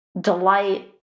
delight